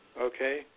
Okay